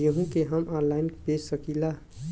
गेहूँ के हम ऑनलाइन बेंच सकी ला?